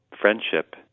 friendship